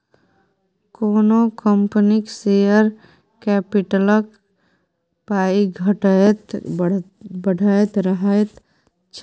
कोनो कंपनीक शेयर कैपिटलक पाइ घटैत बढ़ैत रहैत छै